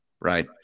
right